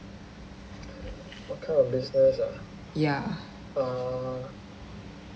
ya